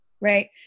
right